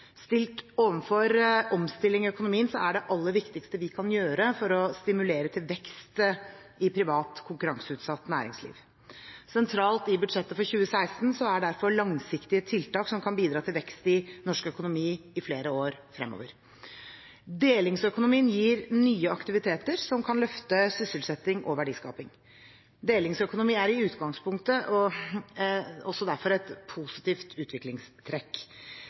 Stilt overfor omstilling i økonomien er det aller viktigste vi kan gjøre, å stimulere til vekst i privat konkurranseutsatt næringsliv. Sentralt i budsjettet for 2016 er derfor langsiktige tiltak som kan bidra til vekst i norsk økonomi i flere år fremover. Delingsøkonomien gir nye aktiviteter som kan løfte sysselsetting og verdiskaping. Delingsøkonomi er i utgangspunktet derfor også et positivt utviklingstrekk.